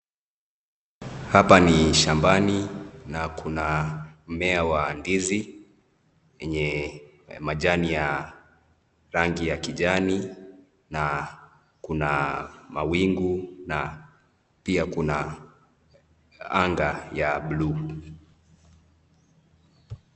Hapa ni shambani na kuna mmea wa ndizi yenye majani ya rangi ya kijani na kuna mawingu na pia kuna anga ya buluu.